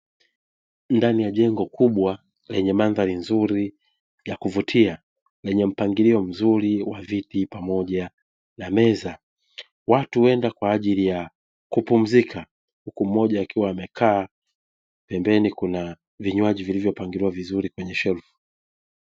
Ndani ya jengo kubwa lenye mandhari nzuri ya kuvutia yenye mpangilio mzuri wa viti pamoja na meza. Watu huenda kwa ajili ya kupumzika huku mmoja akiwa amekaa huku kuna vinywaji vilivyopangiliwa kwenye shelfu.